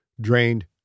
drained